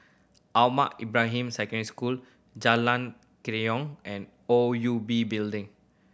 Ahmad Ibrahim Secondary School Jalan Kerayong and O U B Building